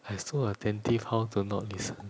I so attentive how to not listen